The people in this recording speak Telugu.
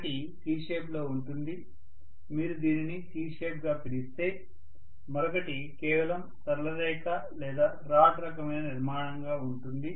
ఒకటి C షేప్ లో ఉంటుంది మీరు దీనిని C షేప్ గా పిలిస్తే మరొకటి కేవలం సరళ రేఖ లేదా రాడ్ రకమైన నిర్మాణంగా ఉంటుంది